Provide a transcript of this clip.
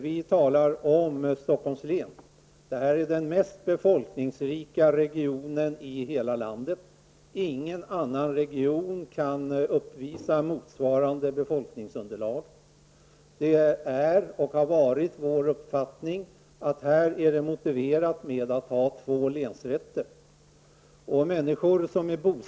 Vi talar om Det är den mest befolkningsrika regionen i hela landet. Ingen annan region kan uppvisa motsvarande befolkningsunderlag. Det är och har varit vår uppfattning att det är motiverat att här ha två länsrätter.